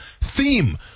theme